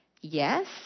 Yes